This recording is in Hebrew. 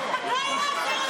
כל התרגילים שלכם.